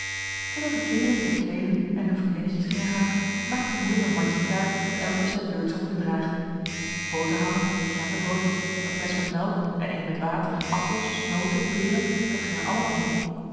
terwijl de kinderen zich kleedden en hun vriendinnetjes gingen halen maakte moeder een mandje klaar dat elk op zijn beurt zou moeten dragen boterhammen krentenbroodjes een flesch met melk en een met water appels noten peren dat ging er allemaal in